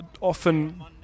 often